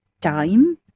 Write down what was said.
time